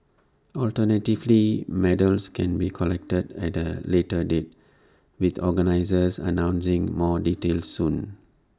alternatively medals can be collected at A later date with organisers announcing more details soon